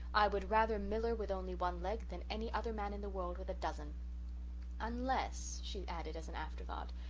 i would rather miller with only one leg than any other man in the world with a dozen unless, she added as an after-thought,